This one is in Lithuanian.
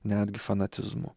netgi fanatizmu